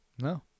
No